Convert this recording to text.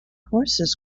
horses